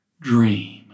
dream